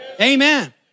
Amen